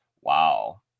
wow